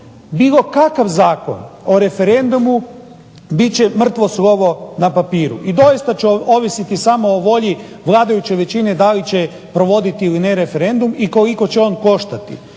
bilo kakav Zakon o referendumu bit će mrtvo slovo na papiru. I doista će ovisiti samo o volji vladajuće većine da li će provoditi ili ne referendum i koliko će on koštati.